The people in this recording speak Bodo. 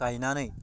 गायनानै